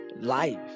Life